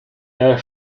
der